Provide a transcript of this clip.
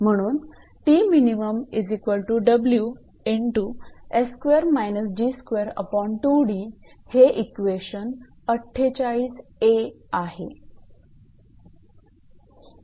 म्हणून हे equation 48a आहे